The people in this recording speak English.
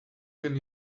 can